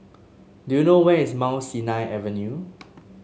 do you know where is Mount Sinai Avenue